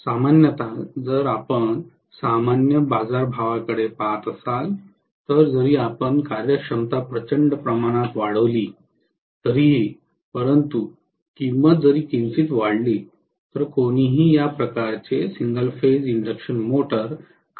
सामान्यत जर आपण सामान्य बाजारभावाकडे पहात असाल तर जरी आपण कार्यक्षमता प्रचंड प्रमाणात वाढवली तरीही परंतु किंमत जरी किंचित वाढली तर कोणीही या प्रकारचे सिंगल फेज इंडक्शन मोटर खरेदी करण्यास तयार होणार नाही